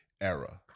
era